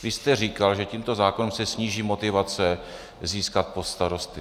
Vy jste říkal, že tímto zákonem se sníží motivace získat post starosty.